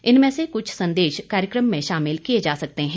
इनमें से कुछ संदेश कार्यक्रम में शामिल किए जा सकते है